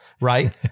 right